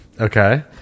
okay